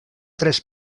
tres